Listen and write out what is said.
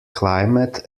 climate